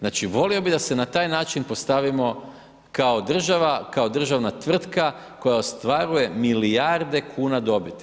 Znači volio bi da se na taj način postavimo, kao država, kao državna tvrtka, koja ostvaruje milijarde kuna dobiti.